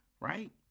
right